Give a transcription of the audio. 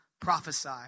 prophesy